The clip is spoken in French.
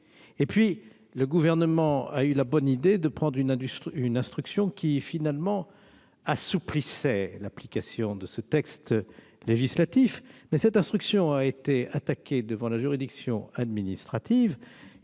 maladie. Le Gouvernement a alors eu la bonne idée de prendre une instruction assouplissant l'application de ce texte législatif. Mais cette instruction a été attaquée devant la juridiction administrative,